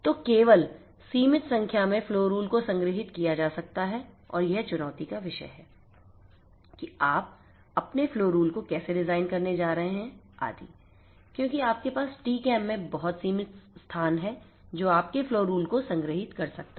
तो केवल सीमित संख्या में फ्लो रूल को संग्रहीत किया जा सकता है और यह चुनौती का विषय है कि आप अपने फ्लो रूल को कैसे डिजाइन करने जा रहे हैं आदि क्योंकि आपके पास TCAM में बहुत सीमित स्थान है जो आपके फ्लो रूल को संग्रहीत कर सकता है